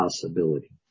possibility